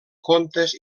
contes